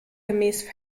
gemäß